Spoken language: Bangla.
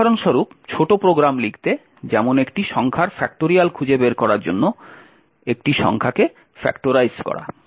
উদাহরণস্বরূপ ছোট প্রোগ্রাম লিখতে যেমন একটি সংখ্যার ফ্যাক্টরিয়াল খুঁজে বের করার জন্য একটি সংখ্যাকে ফ্যাক্টরাইজ করা